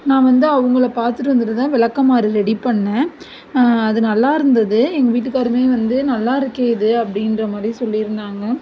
நான் வந்து அவங்கள பார்த்துட்டு வந்துட்டு தான் விளக்கமாறு ரெடி பண்ணேன் அது நல்லாயிருந்துது எங்கள் வீட்டுக்காரருமே வந்து நல்லாயிருக்கே இது அப்படின்ற மாதிரி சொல்லியிருந்தாங்க